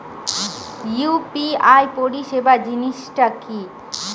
UPI পরিসেবা জিনিসটা কি?